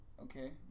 Okay